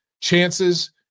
chances